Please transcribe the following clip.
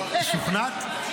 שוכנעת?